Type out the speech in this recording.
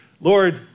Lord